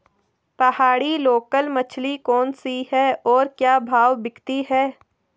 पहाड़ी लोकल मछली कौन सी है और क्या भाव बिकती है?